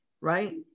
right